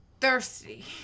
thirsty